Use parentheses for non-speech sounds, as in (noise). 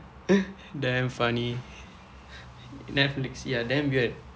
(laughs) damn funny netflix ya damn weird